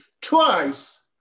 twice